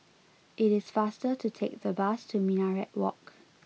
it is faster to take the bus to Minaret Walk